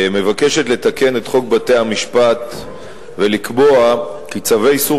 מבקשת לתקן את חוק בתי-המשפט ולקבוע כי צווי איסור